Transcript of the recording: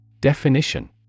Definition